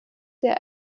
der